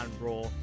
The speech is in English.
Raw